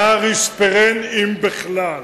נער יספרן, אם בכלל.